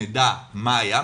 מה היה,